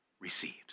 receives